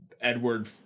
Edward